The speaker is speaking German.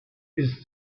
ist